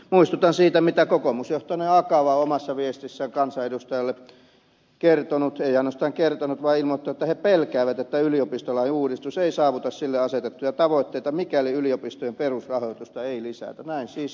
muistutan siitä mitä kokoomusjohtoinen akava on omassa viestissään kansanedustajalle kertonut ei ainoastaan kertonut vaan ilmoittanut että he pelkäävät että yliopistolain uudistus ei saavuta sille asetettuja tavoitteita mikäli yliopistojen perusrahoitusta ei lisätä näin siis akava